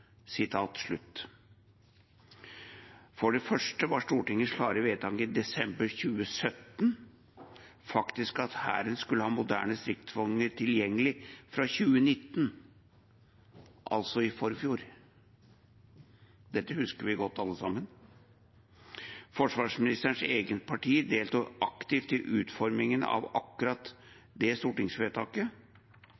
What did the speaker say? For det første var Stortingets klare vedtak i desember 2017 at Hæren skulle ha moderne stridsvogner tilgjengelig fra 2019, altså i forfjor. Dette husker vi godt alle sammen. Forsvarsministerens eget parti deltok aktivt i utformingen av akkurat